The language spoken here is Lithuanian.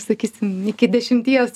sakysim iki dešimties